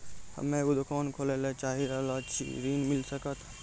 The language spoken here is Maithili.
हम्मे एगो दुकान खोले ला चाही रहल छी ऋण मिल सकत?